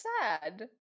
sad